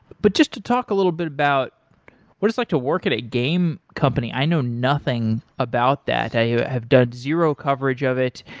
but just to talk a little bit about what is like to work at a game company. i know nothing about that. i have done zero coverage of it.